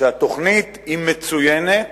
שהתוכנית היא מצוינת,